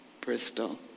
Bristol